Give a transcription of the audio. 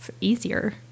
easier